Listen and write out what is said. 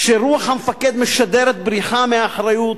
כשרוח המפקד משדרת בריחה מאחריות.